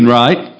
right